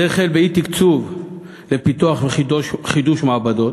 זה החל באי-תקצוב לפיתוח וחידוש של מעבדות,